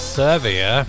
serbia